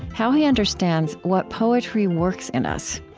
how he understands what poetry works in us.